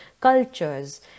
cultures